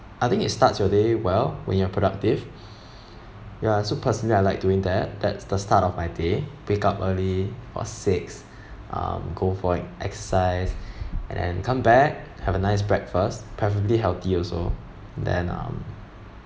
I think it starts your day well when you're productive ya so personally I like doing that that's the start of my day wake up early or six um go for exercise and come back have a nice breakfast preferably healthy also then um